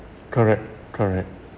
correct correct